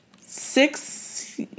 six